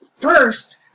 first